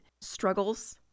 struggles